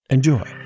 Enjoy